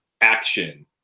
action